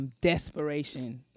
desperation